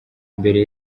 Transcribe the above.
mbere